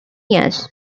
years